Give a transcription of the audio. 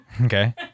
Okay